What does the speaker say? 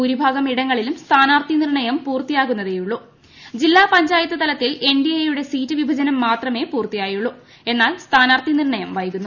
ഭൂരിഭാഗം ഇടങ്ങളിലും സ്ഥാനാർത്ഥിനിർണയം പൂർത്തിയാകുന്ന തേയുള്ളൂ ജില്ലാ പഞ്ചായത്ത് തലത്തിൽ എൻ ഡി എ യുടെ സീറ്റ് വിഭജനം മാത്രമേ പുർത്തിയായുള്ളു പക്ഷേ സ്ഥാനാർത്ഥി നിർണയം വൈകുന്നു